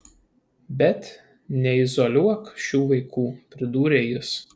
bet neizoliuok šių vaikų pridūrė jis